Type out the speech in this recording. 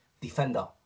Defender